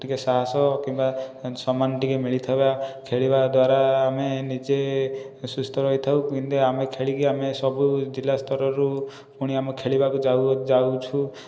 ଟିକିଏ ସାହସ କିମ୍ବା ସମ୍ମାନ ଟିକିଏ ମିଳିଥିବା ଖେଳିବା ଦ୍ୱାରା ଆମେ ନିଜେ ସୁସ୍ଥ ରହିଥାଉ କେମିତି ଆମେ ଖେଳିକି ଆମେ ସବୁ ଜିଲ୍ଲା ସ୍ତରରୁ ପୁଣି ଆମେ ଖେଳିବାକୁ ଯାଉ ଯାଉଛୁ